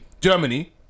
Germany